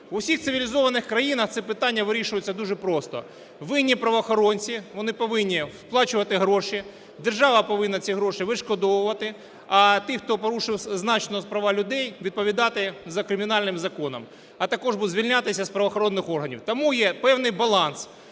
В усіх цивілізованих країнах це питання вирішується дуже просто: винні правоохоронці вони повинні сплачувати гроші, держава повинні ці гроші відшкодовувати, а ті, хто порушив значно права людей, відповідати за кримінальним законом, а також звільнятися з правоохоронних органів. Тому є певний баланс